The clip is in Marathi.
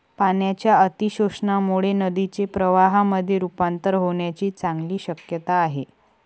पाण्याच्या अतिशोषणामुळे नदीचे प्रवाहामध्ये रुपांतर होण्याची चांगली शक्यता आहे